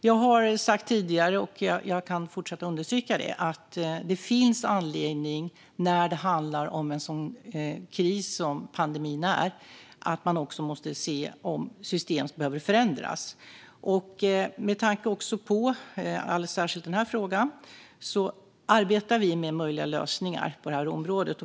Jag har tidigare sagt och kan fortsätta att understryka att man när det handlar om en sådan kris som pandemin är måste se om system behöver förändras. Alldeles särskilt med tanke på den här frågan arbetar vi med möjliga lösningar på detta område.